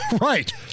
Right